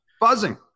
Buzzing